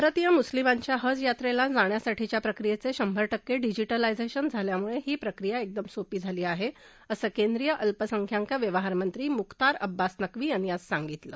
भारतीय म्स्लिमांच्या हज यात्रेला जाण्यासाठीच्या प्रक्रियेचे शंभर टक्के डिजिटलायझेशन झाल्याम्ळे ही प्रक्रिया एकदम सोपी झाली आहे असं केंद्रीय अल्पसंख्याक व्यवहारमंत्री मुख्तार अब्बास नक्वी यांनी आज सांगितलं